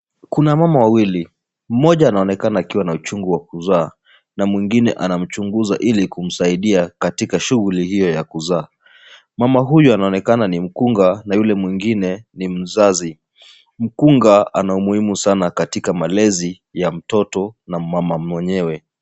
Kuna mama wawili mmoja anaonekana akiwa na uchungu wa kuzaa na mwingine anamchunguza ili kumsaidia katika shughuli hiyo ya kuzaa, mama huyu anaonekana ni mkunga na yule mwingine ni mzazi. Mkunga ana umuhimu sana katika malezi ya mtoto na mama mwenyewe.